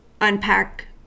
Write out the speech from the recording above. unpack